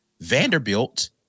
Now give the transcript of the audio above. Vanderbilt